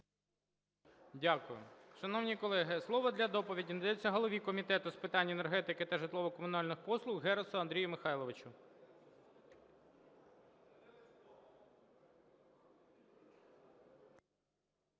Дякую. Шановні колеги, слово для доповіді надається голові Комітету з питань енергетики та житлово-комунальних послуг Герусу Андрію Михайловичу.